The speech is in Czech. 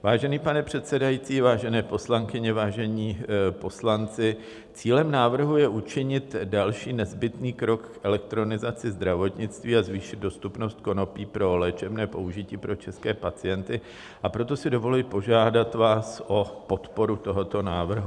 Vážený pane předsedající, vážené poslankyně, vážení poslanci, cílem návrhu je učinit další nezbytný krok v elektronizaci zdravotnictví a zvýšit dostupnost konopí pro léčebné použití pro české pacienty, a proto si dovoluji požádat vás o podporu tohoto návrhu.